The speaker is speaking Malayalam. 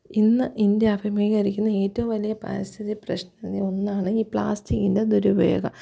ഇന്ന് ഇന്ത്യ അഭിമുഖീകരിക്കുന്ന ഏറ്റവും വലിയ പരിസ്ഥിതി പ്രശ്നത്തിലൊന്നാണ് ഈ പ്ലാസ്റ്റിക്കിൻ്റെ ദുരുപയോഗം